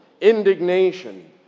indignation